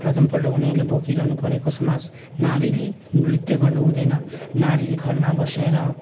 प्रथमपल्ट उनीहरूले भोगिरहनु परेको समाज नारीले नृत्य गर्नुहुँदैन नारी घरमा बसेर